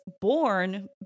born